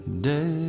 day